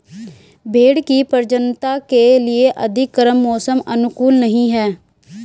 भेंड़ की प्रजननता के लिए अधिक गर्म मौसम अनुकूल नहीं है